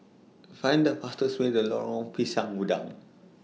Find The fastest Way The Lorong Pisang Udang